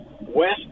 West